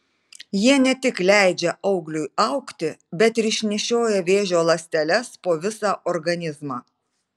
jie ne tik leidžia augliui augti bet ir išnešioja vėžio ląsteles po visą organizmą